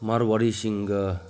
ꯃꯔꯋꯥꯔꯤꯁꯤꯡꯒ